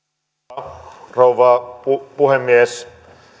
arvoisa rouva puhemies